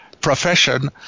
profession